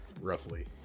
roughly